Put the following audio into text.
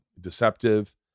deceptive